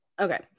Okay